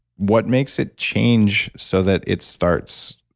what makes it change so that it starts.